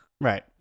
right